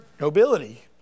nobility